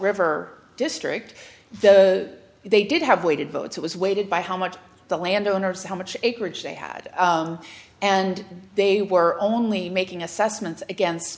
river district though they did have waited votes it was weighted by how much the landowners how much acreage they had and they were only making assessments against